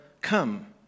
Come